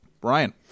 Brian